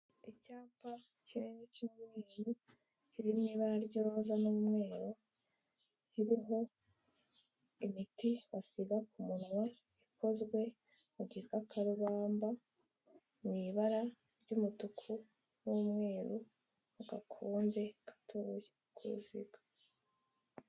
Icyapa kirekire cy'ubururu, kiri mu ibara ry'iroza n'umweru, kiriho imiti basiga ku munwa ikozwe mu gikakarubamba mu ibara ry'umutuku n'umweru mu gakombe gatoboye k'uruziga.